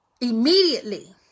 immediately